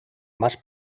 más